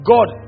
God